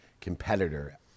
competitor